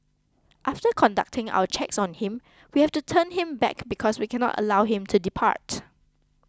after conducting our checks on him we have to turn him back because we cannot allow him to depart